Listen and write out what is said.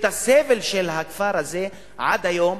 הסבל של הכפר הזה הוא עד היום,